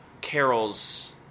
Carol's